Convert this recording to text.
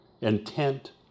intent